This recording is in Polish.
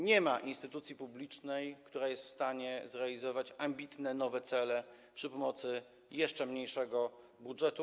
Nie ma instytucji publicznej, która jest w stanie zrealizować ambitne nowe cele przy pomocy jeszcze mniejszego budżetu.